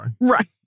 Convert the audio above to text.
right